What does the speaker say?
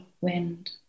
wind